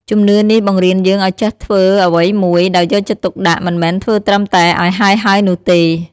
ជំនឿនេះបង្រៀនយើងឱ្យចេះធ្វើអ្វីមួយដោយយកចិត្តទុកដាក់ មិនមែនធ្វើត្រឹមតែឱ្យហើយៗនោះទេ។